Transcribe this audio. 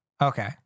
Okay